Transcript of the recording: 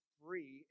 free